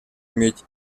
иметь